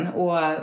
och